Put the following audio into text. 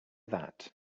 that